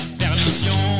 permission